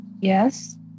Yes